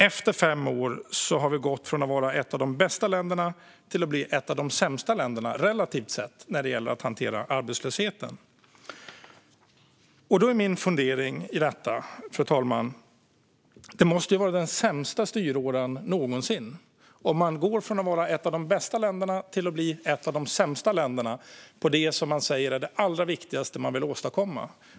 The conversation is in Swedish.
Efter fem år har vi gått från att vara ett av de bästa länderna till att bli ett av de sämsta länderna, relativt sett, när det gäller att hantera arbetslösheten. Därför är min fundering i detta, fru talman: Det måste ju ha varit den sämsta styråran någonsin om man har gått från att vara ett av de bästa länderna till att bli ett av de sämsta länderna på det man säger är det allra viktigaste av allt man vill åstadkomma.